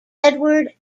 edward